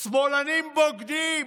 "שמאלנים בוגדים".